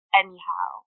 anyhow